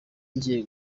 ngiye